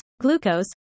glucose